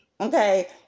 okay